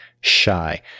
shy